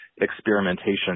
experimentation